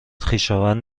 خویشاوند